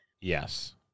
yes